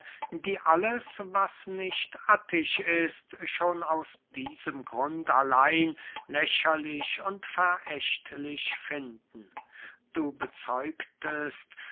die alles was nicht attisch ist schon aus diesem grund allein lächerlich und verächtlich finden du bezeugtest